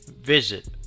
visit